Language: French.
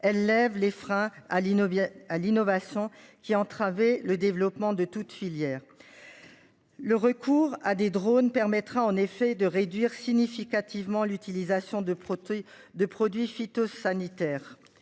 Elle lève les freins à l'innovation à l'innovation qui a entravé le développement de toutes filières. Le recours à des drone permettra en effet de réduire significativement l'utilisation de produits de produits phytosanitaires.